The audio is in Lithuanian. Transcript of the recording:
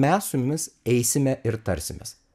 mes su jumis eisime ir tarsimės